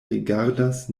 rigardas